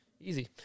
easy